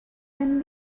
when